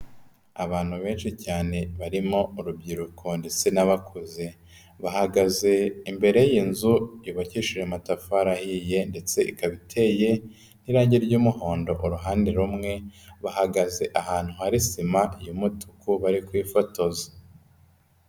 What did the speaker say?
Abantu benshi cyane barimo urubyiruko ndetse n'abakuze, bahagaze imbere y'inzu yubakishije amatafari ahiye ndetse ikaba iteye n'irangi ry'umuhondo uruhande rumwe, bahagaze ahantu hari sima y'umutuku bari kwifotoza.